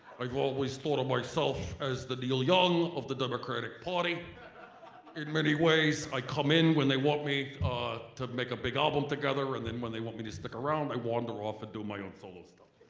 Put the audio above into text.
i've always thought of myself as the neil young of the democratic party in many ways. i come in when they want me to make a big album together and then when they want me to stick around i wander off and do my own solo stuff,